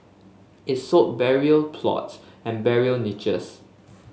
it sold burial plots and burial niches